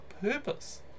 purpose